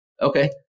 Okay